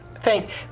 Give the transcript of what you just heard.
Thank